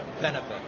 benefit